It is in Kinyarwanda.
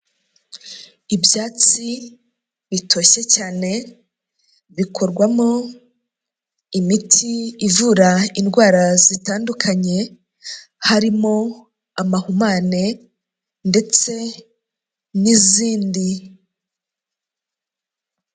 Ibyatsi bitoshye cyane, bikorwamo imiti ivura indwara zitandukanye, harimo amahumane ndetse n'izindi.